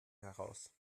heraus